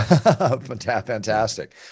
fantastic